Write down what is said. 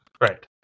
right